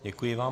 Děkuji vám.